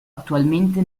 attualmente